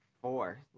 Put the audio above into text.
four